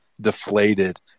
deflated